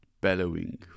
bellowing